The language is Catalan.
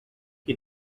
qui